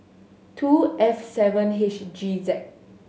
two F seven H G Z